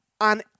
on